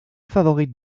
favorite